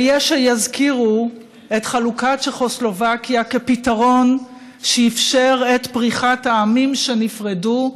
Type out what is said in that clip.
ויש שיזכירו את חלוקת צ'כוסלובקיה כפתרון שאפשר את פריחת העמים שנפרדו,